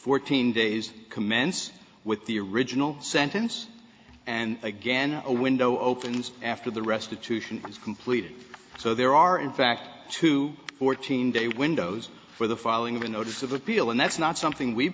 fourteen days commence with the original sentence and again a window opens after the restitution is completed so there are in fact two fourteen day windows for the filing of a notice of appeal and that's not something we